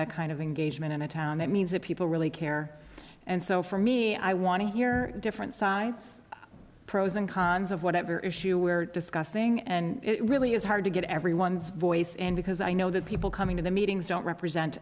that kind of engagement in a town that means that people really care and so for me i want to hear different sides pros and cons of whatever issue we're discussing and it really is hard to get everyone's voice in because i know that people coming to the meetings don't represent